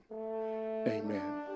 amen